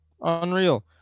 Unreal